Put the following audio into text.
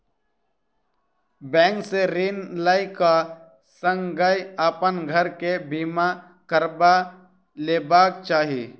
bank से ऋण लै क संगै अपन घर के बीमा करबा लेबाक चाही